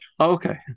Okay